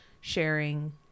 sharing